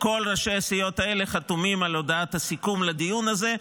וכל ראשי הסיעות האלה חתומים על הודעת הסיכום לדיון הזה,